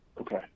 Okay